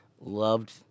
loved